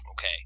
Okay